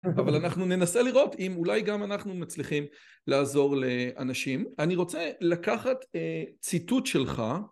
אבל אנחנו ננסה לראות אם אולי גם אנחנו מצליחים לעזור לאנשים. אני רוצה לקחת ציטוט שלך.